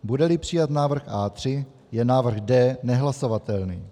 Budeli přijat návrh A3, je návrh D nehlasovatelný.